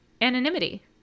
anonymity